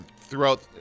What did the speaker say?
throughout